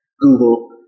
Google